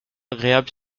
agréable